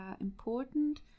important